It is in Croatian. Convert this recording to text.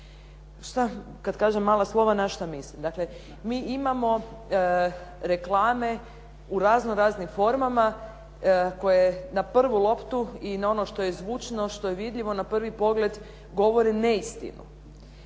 Kad kažem mala slovima na šta mislim? Dakle, mi imamo reklame u raznoraznim formama koje na prvu loptu i na ono što je zvučno, što je vidljivo na prvi pogled govore neistinu.